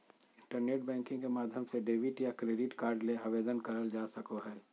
internet banking के माध्यम से डेबिट या क्रेडिट कार्ड ले आवेदन करल जा सको हय